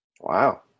Wow